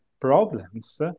problems